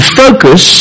focus